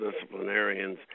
disciplinarians